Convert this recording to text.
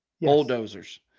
bulldozers